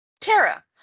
Tara